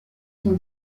son